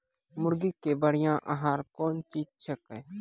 मुर्गी के बढ़िया आहार कौन चीज छै के?